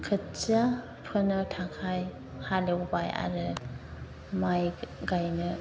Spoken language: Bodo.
खोथिया फोनो थाखाय हालेवबाय आरो माइ गायनो